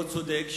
לא צודק,